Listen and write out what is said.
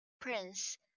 prince